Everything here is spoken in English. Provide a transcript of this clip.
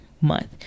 month